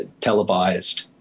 televised